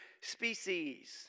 species